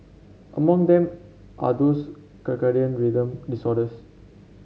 among them are those circadian rhythm disorders